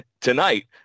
Tonight